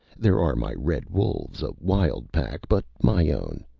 there are my red wolves a wild pack, but my own.